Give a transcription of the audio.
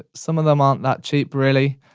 ah some of them aren't that cheap, really.